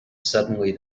suddenly